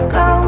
go